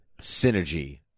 Synergy